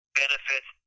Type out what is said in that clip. benefits